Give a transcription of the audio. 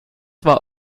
zwar